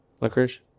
Licorice